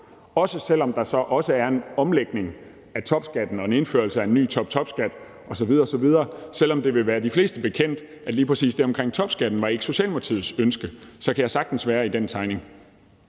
også selv om der så er en omlægning af topskatten og en indførelse af en ny toptopskat osv. osv. Selv om det vil være de fleste bekendt, at lige præcis det omkring topskatten ikke var Socialdemokratiets ønske, så kan jeg sagtens stå inde for det.